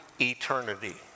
eternity